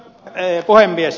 arvoisa puhemies